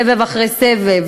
סבב אחרי סבב,